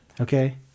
Okay